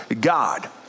God